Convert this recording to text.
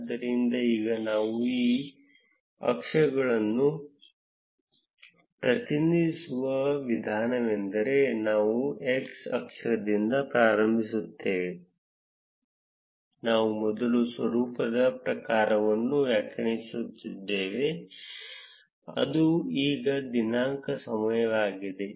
ಆದ್ದರಿಂದ ಈಗ ನಾವು ಈ ಅಕ್ಷಗಳನ್ನು ಪ್ರತಿನಿಧಿಸುವ ವಿಧಾನವೆಂದರೆ ನಾವು x ಅಕ್ಷದಿಂದ ಪ್ರಾರಂಭಿಸುತ್ತೇವೆ ನಾವು ಮೊದಲು ಸ್ವರೂಪದ ಪ್ರಕಾರವನ್ನು ವ್ಯಾಖ್ಯಾನಿಸಿದ್ದೇವೆ ಅದು ಈಗ ದಿನಾಂಕ ಸಮಯವಾಗಿದೆ